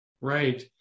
Right